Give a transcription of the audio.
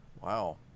Wow